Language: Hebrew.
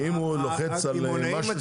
כי אם הוא לוחץ על משהו שקשור אליו.